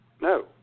No